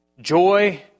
joy